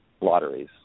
lotteries